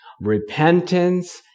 repentance